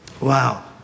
Wow